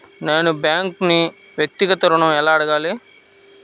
నేను బ్యాంక్ను వ్యక్తిగత ఋణం ఎలా అడగాలి?